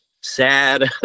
sad